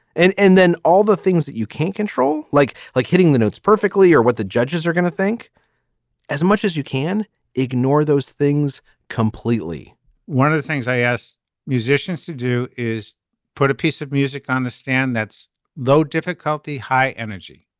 and and then all the things that you can't control like like hitting the notes perfectly or what the judges are gonna think as much as you can ignore those things completely one of the things i asked musicians to do is put a piece of music on the stand that's low difficulty high energy.